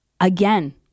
again